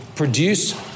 Produce